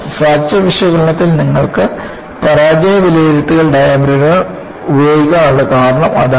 fracture വിശകലനത്തിൽ നിങ്ങൾക്ക് പരാജയ വിലയിരുത്തൽ ഡയഗ്രമുകൾ ഉപയോഗിക്കാനുള്ള കാരണം അതാണ്